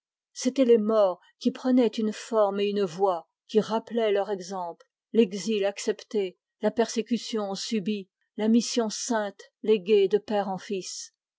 c'étaient les morts qui prenaient une forme et une voix qui rappelaient leur exemple l'exil accepté la persécution subie la mission sainte léguée de père en fils